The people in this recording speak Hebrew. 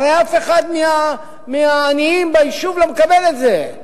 הרי אף אחד מהעניים ביישוב לא מקבל את זה,